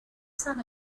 sun